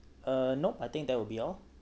uh nope I think that will be all